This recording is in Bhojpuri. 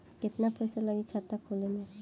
केतना पइसा लागी खाता खोले में?